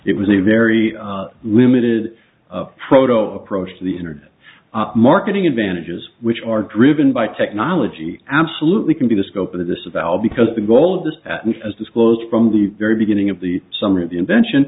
it was a very limited protocol approach to the internet marketing advantages which are driven by technology absolutely can be the scope of this about all because the goal of this is disclosed from the very beginning of the summer the invention